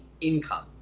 income